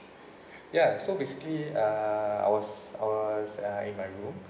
ya so basically uh I was I was uh in my room